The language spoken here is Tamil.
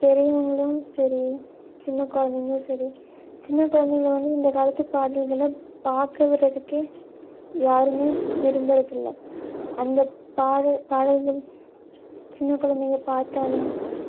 பெரியவர்களும் சரி சின்ன குழந்தைங்களும் சரி சின்ன குழந்தைங்கள வந்து இந்த காலத்துப் பாடல்களை பார்க்க விடுறதுக்கே யாருமே விரும்புறது இல்லை அந்த பாடல் பாடல்கள் சின்ன குழந்தைங்க பார்த்தாலும்